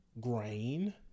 grain